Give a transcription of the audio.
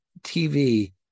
TV